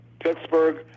Pittsburgh